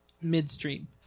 midstream